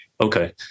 Okay